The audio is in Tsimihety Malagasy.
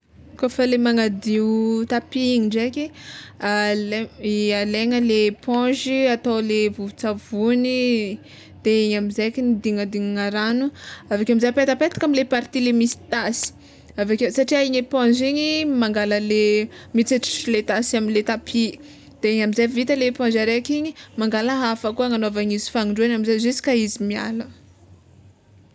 Kôfa le magnadio tapis igny ndraiky, ala- alaigna le eponge atao le vovontsavony de igny amizay kny dignadignana rano aveke amizay apetapetaka amle party misy tasy aveke satria igny eponge igny mangala mitsetsitry le tasy amle tapis, de igny amizay vita le eponge raiky igny mangala hafa koa hagnanaovana izy fagnindroana amizay juska izy miala.